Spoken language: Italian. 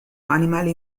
animale